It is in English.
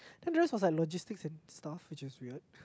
then the rest was like logistics and stuff which is weird